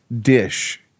dish